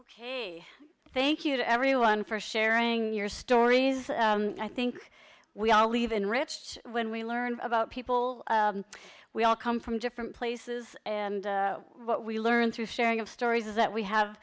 ok thank you to everyone for sharing your stories i think we all even rich when we learn about people we all come from different places and what we learn through sharing of stories is that we have